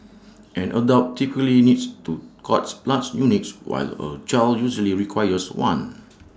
an adult typically needs two cord blood units while A child usually requires one